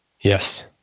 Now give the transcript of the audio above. Yes